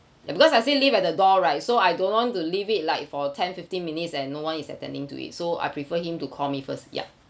ya because I say leave at the door right so I don't want to leave it like for ten fifteen minutes and no one is attending to it so I prefer him to call me first yup